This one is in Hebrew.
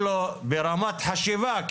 ברמת חשיבה.